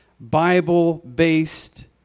Bible-based